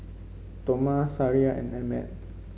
Toma Sariah and Emmet